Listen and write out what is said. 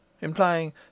implying